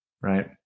Right